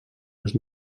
les